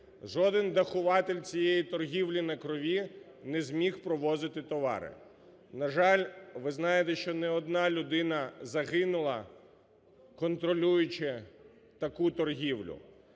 жоден "дахуватель" цієї "торгівлі на крові" не зміг провозити товари. На жаль, ви знаєте, що не одна людина загинула, контролюючи таку торгівлю.